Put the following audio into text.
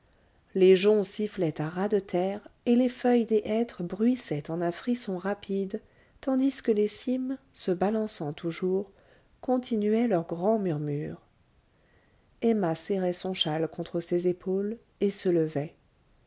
les joncs sifflaient à ras de terre et les feuilles des hêtres bruissaient en un frisson rapide tandis que les cimes se balançant toujours continuaient leur grand murmure emma serrait son châle contre ses épaules et se levait